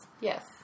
Yes